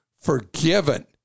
forgiven